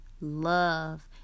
love